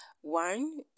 one